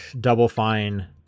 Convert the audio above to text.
double-fine